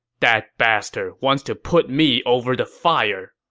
that bastard wants to put me over the fire!